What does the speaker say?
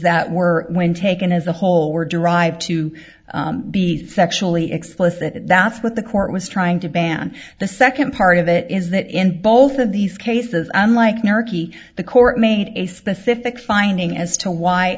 that were when taken as a whole were derived to be sexually explicit that's what the court was trying to ban the second part of it is that in both of these cases i'm like narky the court made a specific finding as to why